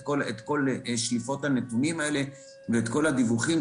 כל שליפות הנתונים האלה ואת כל הדיווחים.